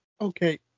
Okay